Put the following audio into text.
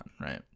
right